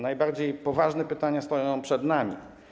Najbardziej poważne pytania stoją przed nami.